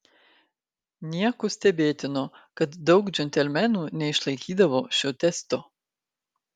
nieko stebėtino kad daug džentelmenų neišlaikydavo šio testo